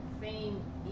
fame